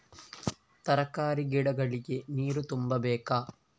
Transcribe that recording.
ತರಕಾರಿ ಗಿಡಗಳಿಗೆ ನೀರು ತುಂಬಬೇಕಾ?